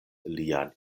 lian